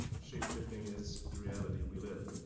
shapeshifting is the reality we live.